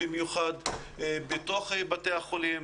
במיוחד בתוך בתי החולים,